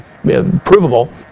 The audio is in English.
provable